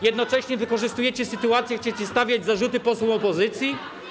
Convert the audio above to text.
Jednocześnie wykorzystujecie sytuację, chcecie stawiać zarzuty posłom opozycji?